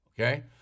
Okay